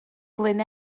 glyn